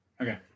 Okay